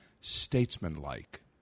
statesmanlike